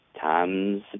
Time's